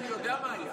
אני יודע מה היה.